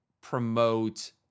promote